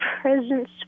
presence